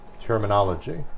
terminology